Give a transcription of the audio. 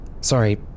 Sorry